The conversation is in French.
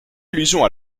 allusion